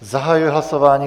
Zahajuji hlasování.